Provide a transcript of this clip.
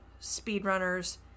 speedrunners